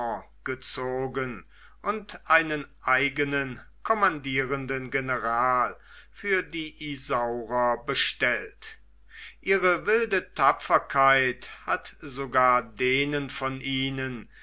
gezogen und einen eigenen kommandierenden general für die isaurer bestellt ihre wilde tapferkeit hat sogar denen von ihnen